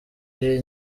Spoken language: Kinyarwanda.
ibi